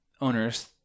Owners